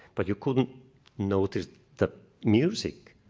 but you couldn't notice the music